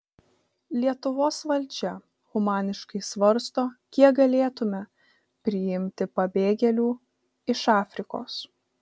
lietuvos valdžia humaniškai svarsto kiek galėtumėme priimti pabėgėlių iš afrikos